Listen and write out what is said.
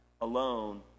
alone